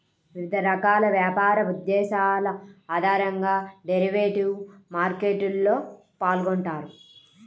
వివిధ రకాల వ్యాపార ఉద్దేశాల ఆధారంగా డెరివేటివ్ మార్కెట్లో పాల్గొంటారు